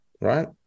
right